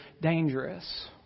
dangerous